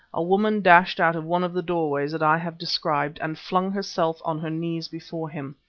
a woman dashed out of one of the doorways that i have described and flung herself on her knees before him.